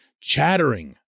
chattering